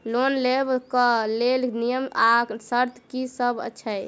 Loan लेबऽ कऽ लेल नियम आ शर्त की सब छई?